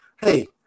hey